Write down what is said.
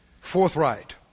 forthright